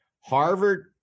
Harvard